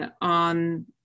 on